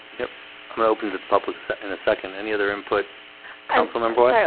yep, i'm open to the public so in a second any other input councilman boyd,